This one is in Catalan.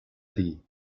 dir